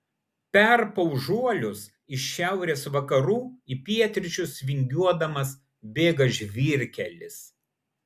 per paužuolius iš šiaurės vakarų į pietryčius vingiuodamas bėga žvyrkelis